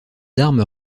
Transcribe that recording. armes